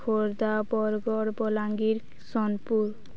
Khordha Bargarh Balangir Sonepur